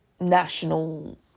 national